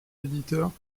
éditeurs